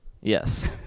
Yes